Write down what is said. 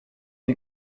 die